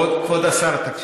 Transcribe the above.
כבוד השר, תקשיב.